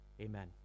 Amen